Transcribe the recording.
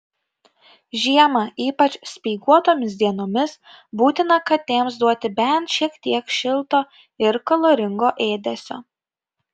žiemą ypač speiguotomis dienomis būtina katėms duoti bent šiek tiek šilto ir kaloringo ėdesio